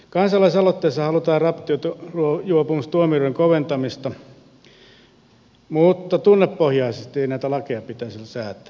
kansalaisaloitteessa halutaan rattijuopumustuomioiden koventamista mutta tunnepohjaisesti ei näitä lakeja pitäisi säätää